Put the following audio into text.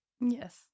Yes